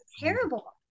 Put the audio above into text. terrible